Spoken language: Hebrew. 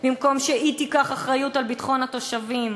במקום שהיא תיקח אחריות לביטחון התושבים,